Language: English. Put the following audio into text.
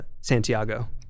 Santiago